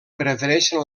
prefereixen